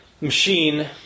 machine